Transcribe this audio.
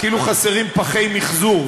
כאילו חסרים פחי מחזור,